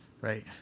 Right